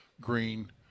Green